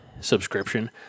subscription